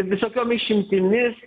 ir visokiom išimtimis